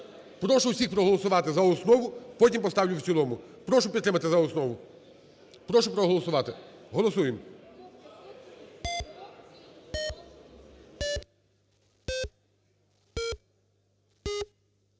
Прошу всіх проголосувати за основу, потім поставлю в цілому. Прошу підтримати за основу. Прошу проголосувати. Голосуємо.